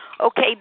Okay